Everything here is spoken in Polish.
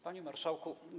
Panie Marszałku!